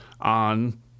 on